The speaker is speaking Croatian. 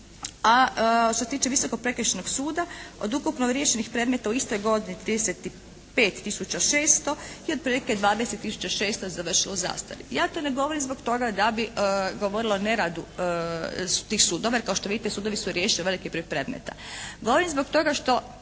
a što se tiče Visokog prekršajnog suda od ukupno riješenih predmeta u istoj godini 35 tisuća 600 i otprilike 20 tisuća 600 je završilo u zastari. Ja to ne govorim zbog toga da bi govorila o neradu tih sudova jer kao što vidite sudovi su riješili veliki broj predmeta.